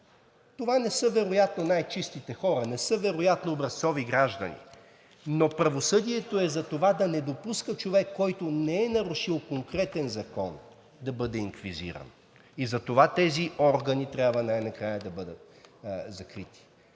Това не са, вероятно, най-чистите хора. Не са, вероятно, образцови граждани. Но правосъдието е за това да не допуска човек, който не е нарушил конкретен закон, да бъде инквизиран и затова тези органи трябва най-накрая да бъдат закрити.